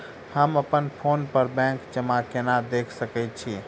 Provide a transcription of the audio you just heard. हम अप्पन फोन पर बैंक जमा केना देख सकै छी?